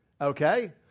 Okay